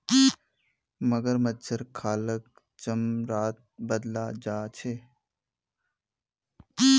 मगरमच्छेर खालक चमड़ात बदलाल जा छेक